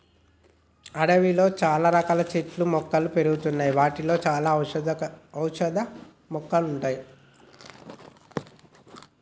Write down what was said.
అడవిలో చాల రకాల చెట్లు మొక్కలు పెరుగుతాయి వాటిలో చాల రకాల ఔషధ మొక్కలు ఉంటాయి